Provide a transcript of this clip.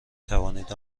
توانید